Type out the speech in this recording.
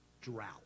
drought